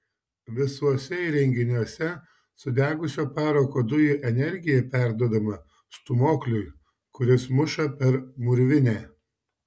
visuose įrenginiuose sudegusio parako dujų energija perduodama stūmokliui kuris muša per mūrvinę